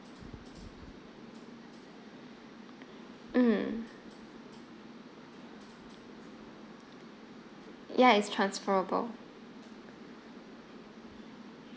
mm ya it's transferable